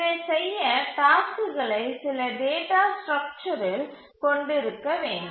இதைச் செய்ய டாஸ்க்குகளை சில டேட்டா ஸ்ட்ரக்சரில் கொண்டிருக்க வேண்டும்